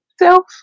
self